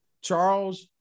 Charles